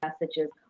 messages